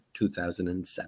2007